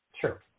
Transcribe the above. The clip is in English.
Sure